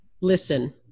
Listen